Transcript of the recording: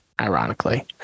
Ironically